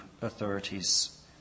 authorities